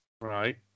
Right